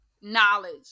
knowledge